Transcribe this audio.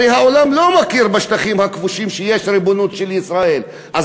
הרי העולם לא מכיר בריבונות של ישראל בשטחים הכבושים,